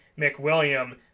McWilliam